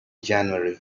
january